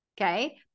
okay